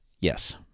Yes